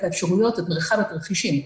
את האפשרויות לאחד התרחישים.